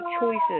choices